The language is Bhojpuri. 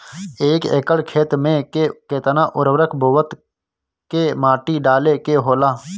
एक एकड़ खेत में के केतना उर्वरक बोअत के माटी डाले के होला?